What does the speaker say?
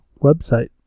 website